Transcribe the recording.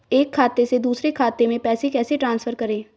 एक खाते से दूसरे खाते में पैसे कैसे ट्रांसफर करें?